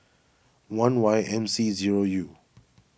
one Y M C zero U